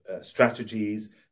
strategies